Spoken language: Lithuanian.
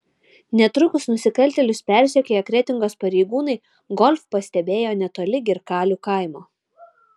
netrukus nusikaltėlius persekioję kretingos pareigūnai golf pastebėjo netoli girkalių kaimo